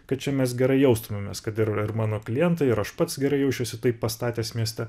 kad čia mes gerai jaustumėmės kad ir ar mano klientai ir aš pats gerai jaučiuosi taip pastatęs mieste